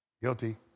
Guilty